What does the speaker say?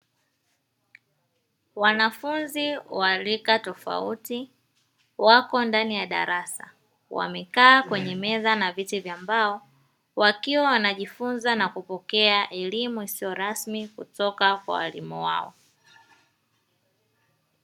Wanafunzi wa rika tofauti wapo ndani ya darasa wamekaa kwenye meza na viti vya mbao, wakiwa wanajifunza na kupokea elimu isiyorasmi kutoka Kwa walimu wao.